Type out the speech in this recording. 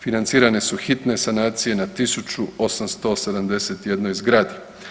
Financirane su hitne sanacije na 1871 zgradi.